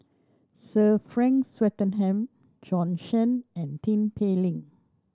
Sir Frank Swettenham Bjorn Shen and Tin Pei Ling